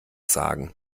sagen